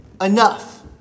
enough